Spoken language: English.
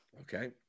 Okay